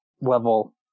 level